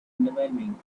underwhelming